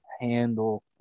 handle